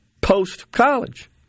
post-college